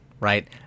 right